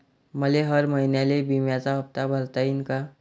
मले हर महिन्याले बिम्याचा हप्ता भरता येईन का?